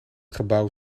gebouw